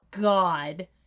God